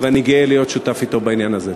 ואני גאה להיות שותף אתו בעניין הזה.